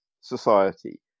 society